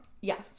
Yes